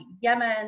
Yemen